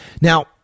Now